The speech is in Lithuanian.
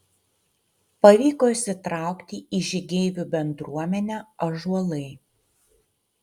pavyko įsitraukti į žygeivių bendruomenę ąžuolai